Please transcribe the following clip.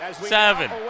Seven